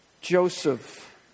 Joseph